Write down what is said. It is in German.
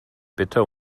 bitte